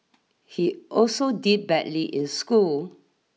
he also did badly in school